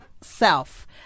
self